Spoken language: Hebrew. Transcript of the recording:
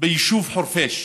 ביישוב חורפיש,